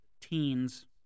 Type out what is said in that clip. teens